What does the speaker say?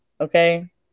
Okay